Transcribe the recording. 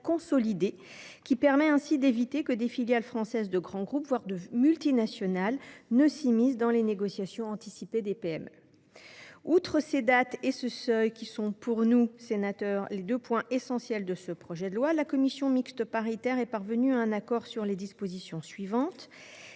qui permet d’éviter que des filiales françaises de grands groupes, voire de multinationales, ne s’immiscent dans les négociations anticipées des PME. Outre ces dates et ce seuil, qui sont, pour nous sénateurs, les deux points essentiels de ce projet de loi, la commission mixte paritaire est parvenue à un accord sur l’exclusion des